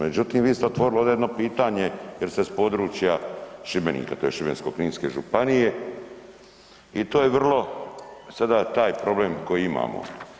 Međutim, vi ste otvorili ovdje jedno pitanje jer ste s područja Šibenika, tj. Šibensko-kninske županije i to je vrlo sada taj problem koji imamo.